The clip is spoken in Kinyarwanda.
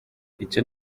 icyo